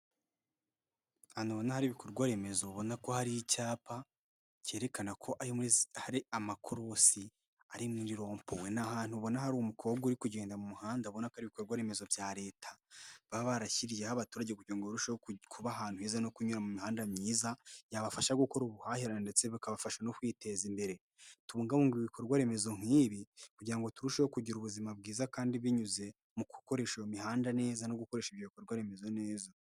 Ahantu ubona hari ibikorwa remezo ubona ko hari icyapa cyerekana ko hari amakorosi, hari na rompuwe. Ni ahantutu ubona hari umukobwa uri kugenda mu muhanda, ubona ko ari ibikorwa remezo bya leta baba barashyiriyeho abaturage kugira ngo barusheho kuba ahantu heza no kunyura mu mihanda myiza, yabafasha gukora ubuhahirane ndetse bikabafasha no kwiteza imbere. Tubungabunga ibikorwa remezo nk'ibi, kugira ngo turusheho kugira ubuzima bwiza kandi binyuze mu gukoresha iyo mihanda neza no gukoresha ibyo bikorwa remezo neza.